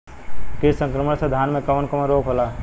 कीट संक्रमण से धान में कवन कवन रोग होला?